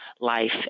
life